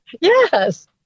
Yes